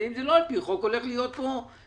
ואם זה לא על פי חוק הולכת להיות פה קטסטרופה,